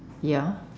ya